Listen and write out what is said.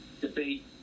debate